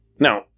Now